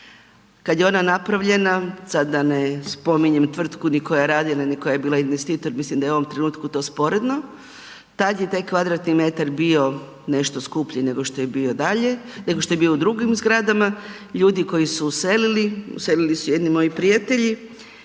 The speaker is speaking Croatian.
Kad je ona napravljena, sad da ne spominjem tvrtku ni koja je radila ni koja je bila investitor, mislim da je u ovom trenutku to sporedno tada je taj kvadratni metar bio nešto skuplji nego što je bio dalje, nego što je bio u drugim zgradama. Ljudi koji su uselili, uselili su jedni moji prijatelji